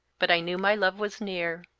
but i knew my love was near.